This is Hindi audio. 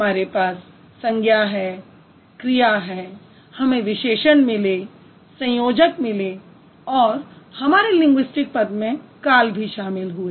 हमारे पास संज्ञा है क्रिया है हमें विशेषण मिले संयोजक मिले और हमारे लिंगुइस्टिक पद में काल भी शामिल हुए